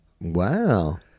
Wow